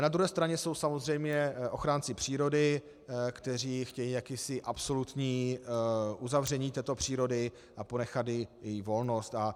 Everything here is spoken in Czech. Na druhé straně jsou samozřejmě ochránci přírody, kteří chtějí jakési absolutní uzavření této přírody a ponechat jí její volnost.